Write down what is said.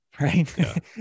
Right